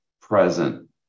present